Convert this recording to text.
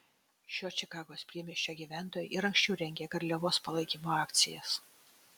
šio čikagos priemiesčio gyventojai ir anksčiau rengė garliavos palaikymo akcijas